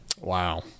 Wow